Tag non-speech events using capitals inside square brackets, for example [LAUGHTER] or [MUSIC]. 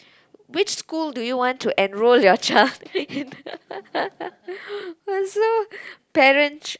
which school do you want to enroll your child [LAUGHS] !wah! so parent~